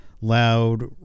loud